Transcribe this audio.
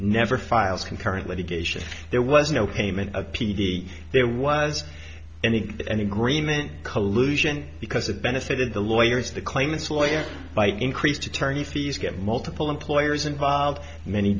never filed concurrently geishas there was no payment of p d there was any any agreement collusion because it benefited the lawyers the claimants lawyers by increased attorney fees get multiple employers involved many